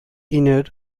inner